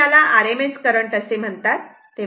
याला RMS current म्हणतात